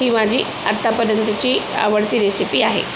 ही माझी आत्तापर्यंतची आवडती रेसिपी आहे